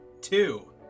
two